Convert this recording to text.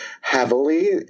heavily